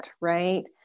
right